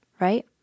right